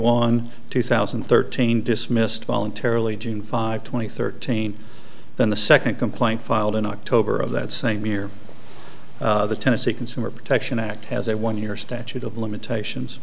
one two thousand and thirteen dismissed voluntarily june five twenty thirteen then the second complaint filed in october of that same year the tennessee consumer protection act has a one year statute of limitations